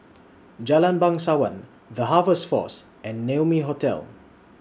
Jalan Bangsawan The Harvest Force and Naumi Hotel